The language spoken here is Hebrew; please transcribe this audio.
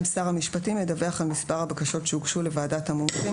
(2) שר המשפטים ידווח על מספר הבקשות שהוגשו לוועדת המומחים,